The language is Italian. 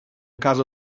caso